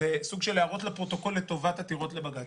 זה סוג של הערות לפרוטוקול לטובת עתירות לבג"ץ.